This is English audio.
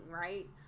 right